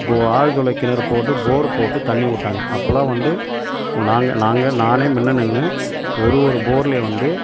இப்போ ஆழ்துளை கிணறு போட்டு போரு போட்டு தண்ணி விட்டாங்க அப்போல்லாம் வந்து நாங்கள் நாங்கள் நானே முன்ன நின்று ஒரு ஒரு போர்லையும் வந்து